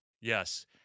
Yes